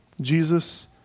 Jesus